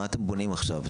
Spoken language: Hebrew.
מה אתם בונים עכשיו?